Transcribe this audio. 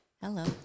Hello